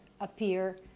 appear